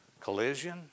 collision